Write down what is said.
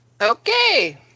Okay